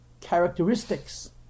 characteristics